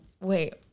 Wait